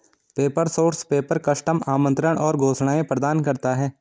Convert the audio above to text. paper source paper, custom आमंत्रण और घोषणाएं प्रदान करता है